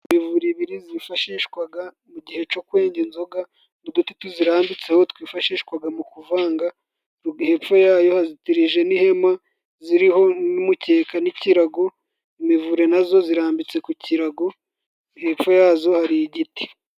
Imivure ibiri zifashishwaga mu gihe co kwenga inzoga, n'uduti tuzirarambitseho twifashishwaga mu kuvanga, hepfo yayo hazitirije n'ihema, ziriho n'umukekan n'ikirago, imivure nazo zirambitse ku kirago, hepfo yazo hari igiti.